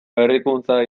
berrikuntza